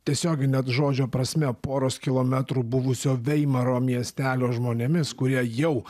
tiesiogine to žodžio prasme poros kilometrų buvusio veimaro miestelio žmonėmis kurie jau